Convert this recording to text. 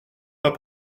pas